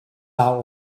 out